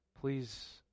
please